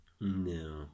No